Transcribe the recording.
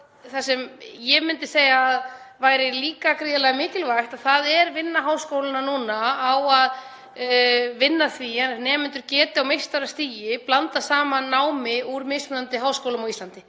Það sem ég myndi segja að væri líka gríðarlega mikilvægt er vinna háskólanna núna við að vinna að því að nemendur geti á meistarastigi blandað saman námi úr mismunandi háskólum á Íslandi.